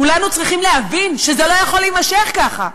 כולנו צריכים להבין שזה לא יכול להימשך ככה,